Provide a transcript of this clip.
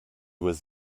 was